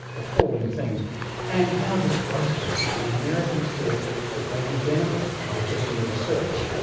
appalling things and how disgraceful that the americans thought that they would benefit by getting the research.